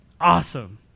Awesome